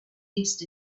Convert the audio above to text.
east